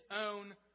own